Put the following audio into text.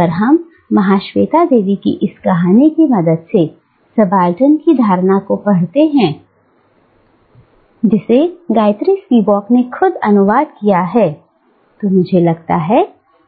अगर हम महाश्वेता देवी की इस कहानी की मदद से सबाल्टर्न की धारणा को पढ़ते हैं जिसे गायत्री स्पिवाक ने खुद अनुवाद किया है तो मुझे लगता है